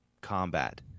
combat